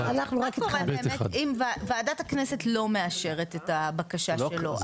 מה קורה באמת אם ועדת הכנסת לא מאשרת את הבקשה שלו,